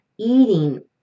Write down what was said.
eating